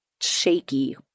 shaky